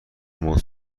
موج